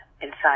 inside